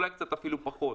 אולי אפילו פחות.